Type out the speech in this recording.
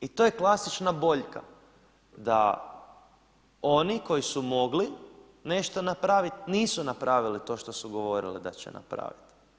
I to je klasična boljka da oni koji su mogli nešto napraviti nisu napravili to što su govorili da će napraviti.